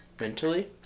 Mentally